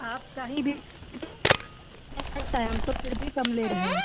आप कहीं भी लेता है हम तो फिर भी कम ले रहे हैं